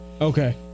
Okay